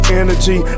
energy